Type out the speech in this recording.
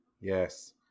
Yes